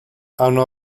hanno